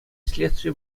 следстви